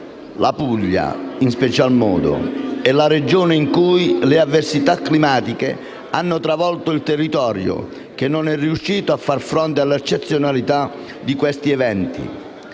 La Puglia, in special modo, è la Regione in cui le avversità climatiche hanno travolto il territorio che non è riuscito a far fronte all'eccezionalità di questi eventi.